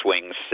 Swings